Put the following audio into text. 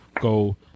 go